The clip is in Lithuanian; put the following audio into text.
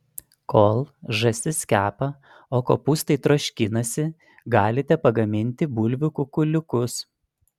kol žąsis kepa o kopūstai troškinasi galite pagaminti bulvių kukuliukus